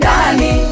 Dani